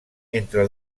entre